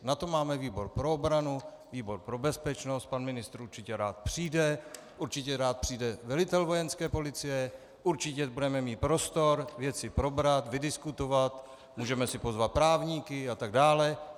Na to máme výbor pro obranu, výbor pro bezpečnost, pan ministr určitě rád přijde, určitě rád přijde velitel Vojenské policie, určitě budeme mít prostor věci probrat, vydiskutovat, můžeme si pozvat právníky atd.